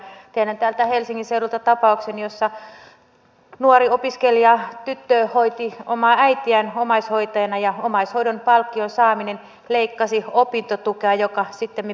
tiedän täältä helsingin seudulta tapauksen jossa nuori opiskelijatyttö hoiti omaa äitiään omaishoitajana ja omaishoidon palkkion saaminen leikkasi opintotukea joka sittemmin perittiin takaisin